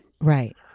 Right